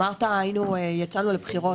אמרת, יצאנו לבחירות.